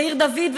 בעיר-דוד,